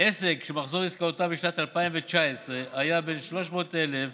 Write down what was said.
עסק שמחזור עסקאותיו בשנת 2019 היה בין 300,000